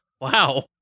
wow